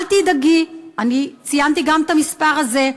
אל תדאגי, אני ציינתי גם את המספר הזה.